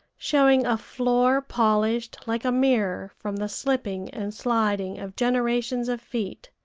showing a floor polished like a mirror from the slipping and sliding of generations of feet.